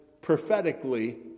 prophetically